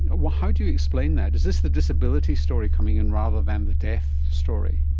ah how do you explain that? is this the disability story coming in rather than the death story?